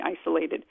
isolated